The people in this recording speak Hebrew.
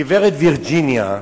גברת וירג'יניה,